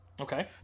Okay